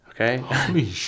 Okay